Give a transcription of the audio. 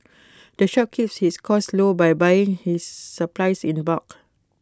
the shop keeps his costs low by buying his supplies in bulk